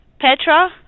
Petra